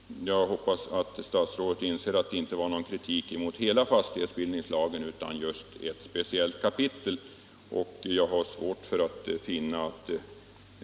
Jag hoppas att statsrådet inser att min kritik inte riktade sig mot hela fastighetsbildningslagen utan mot ett speciellt kapitel.